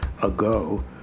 ago